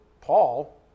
paul